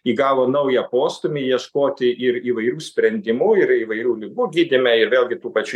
įgavo naują postūmį ieškoti ir įvairių sprendimų ir įvairių ligų gydym ir vėlgi tų pačių